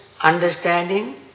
understanding